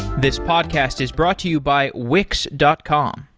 this podcast is brought to you by wix dot com.